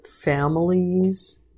families